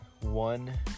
One